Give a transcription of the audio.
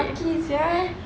lucky sia